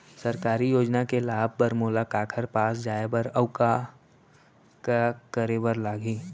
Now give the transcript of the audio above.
सरकारी योजना के लाभ बर मोला काखर पास जाए बर अऊ का का करे बर लागही?